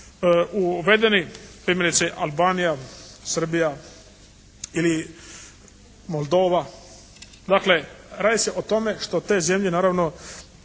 uvedeni, primjerice Albanija, Srbija ili Moldova. Dakle radi se o tome što te zemlje naravno,